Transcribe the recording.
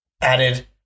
added